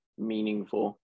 meaningful